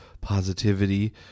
positivity